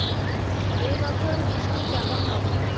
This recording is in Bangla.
এবছর বৃষ্টি কেমন হবে?